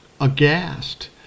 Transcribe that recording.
aghast